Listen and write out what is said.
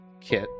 Kit